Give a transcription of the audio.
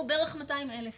הוא 200,000 שקל,